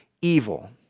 evil